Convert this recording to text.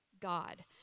God